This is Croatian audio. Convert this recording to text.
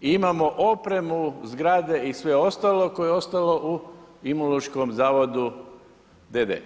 i imamo opremu zgrade i sve ostalo koje je ostalo u Imunološkom zavodu d.d.